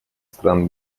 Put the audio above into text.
стран